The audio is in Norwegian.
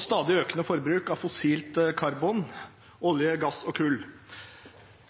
stadig økende forbruk av fossilt karbon, olje, gass og kull.